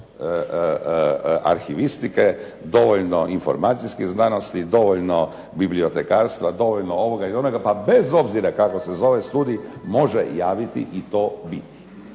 arhivistike, dovoljno informacijskih znanosti, dovoljno bibliotekarstva, dovoljno ovoga ili onoga pa bez obzira kako se zove studij može javiti i to biti.